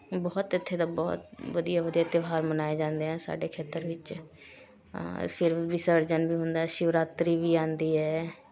ਬਹੁਤ ਇੱਥੇ ਦਾ ਬਹੁਤ ਵਧੀਆ ਵਧੀਆ ਤਿਉਹਾਰ ਮਨਾਏ ਜਾਂਦੇ ਹਨ ਸਾਡੇ ਖੇਤਰ ਵਿੱਚ ਫਿਰ ਵਿਸਰਜਨ ਵੀ ਹੁੰਦਾ ਸ਼ਿਵਰਾਤਰੀ ਵੀ ਆਉਂਦੀ ਹੈ